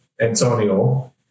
Antonio